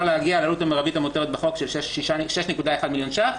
להגיע לעלות המרבית המותרת בחוק של 6.1 מיליון ש"ח.